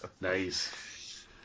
Nice